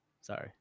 Sorry